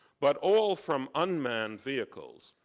but all from unmanned vehicles.